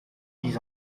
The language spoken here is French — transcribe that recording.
dix